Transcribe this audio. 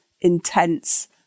intense